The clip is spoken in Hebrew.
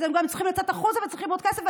אז הם גם צריכים לצאת החוצה, וצריכים עוד כסף.